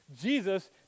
Jesus